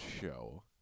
show